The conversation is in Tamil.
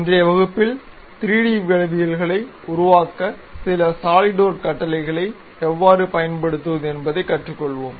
இன்றைய வகுப்பில் 3D வடிவவியல்களை உருவாக்க சில சாலிட்வொர்க் கட்டளைகளை எவ்வாறு பயன்படுத்துவது என்பதைக் கற்றுக்கொள்வோம்